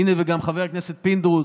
הינה, גם חבר הכנסת פינדרוס,